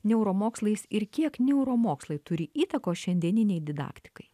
neuromokslais ir kiek neuromokslai turi įtakos šiandieninei didaktikai